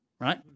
right